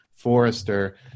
Forrester